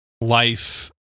life